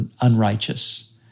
unrighteous